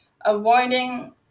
avoiding